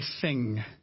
sing